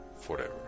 forever